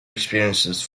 experiences